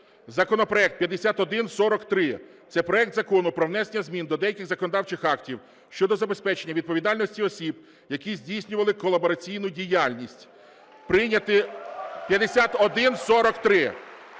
законопроект 5143 - це проект Закону про внесення змін до деяких законодавчих актів (щодо забезпечення відповідальності осіб, які здійснювали колабораційну діяльність). Прийняти… 5143.